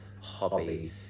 hobby